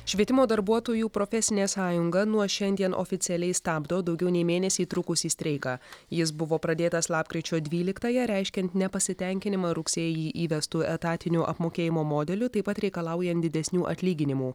švietimo darbuotojų profesinė sąjunga nuo šiandien oficialiai stabdo daugiau nei mėnesį trukusį streiką jis buvo pradėtas lapkričio dvyliktąją reiškiant nepasitenkinimą rugsėjį įvestu etatiniu apmokėjimo modeliu taip pat reikalaujant didesnių atlyginimų